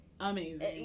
amazing